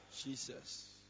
Jesus